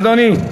אדוני.